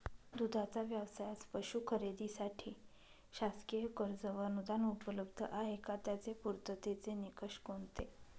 दूधाचा व्यवसायास पशू खरेदीसाठी शासकीय कर्ज व अनुदान उपलब्ध आहे का? त्याचे पूर्ततेचे निकष कोणते?